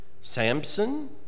Samson